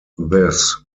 this